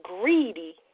greedy